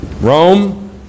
Rome